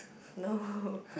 no